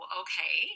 okay